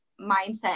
mindset